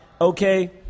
okay